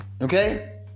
Okay